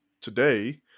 today